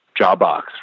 Jawbox